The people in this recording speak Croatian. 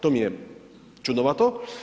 To mi je čudnovato.